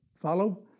Follow